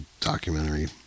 documentary